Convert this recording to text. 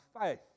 faith